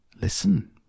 Listen